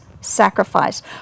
sacrifice